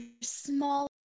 small